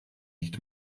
nicht